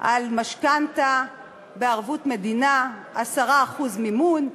על משכנתה בערבות מדינה, 10% מימון.